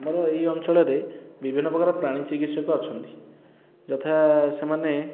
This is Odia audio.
ଆମର ଏହି ଅଞ୍ଚଳରେ ବିଭିନ୍ନ ପ୍ରକାର ପ୍ରାଣୀ ଚିକିତ୍ସକ ଅଛନ୍ତି ଯଥା ସେମାନେ